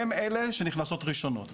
הן אלה שנכנסות ראשונות.